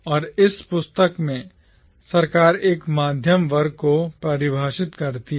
और इस पुस्तक में सरकार एक मध्यम वर्ग को परिभाषित करती है